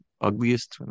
ugliest